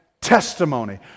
testimony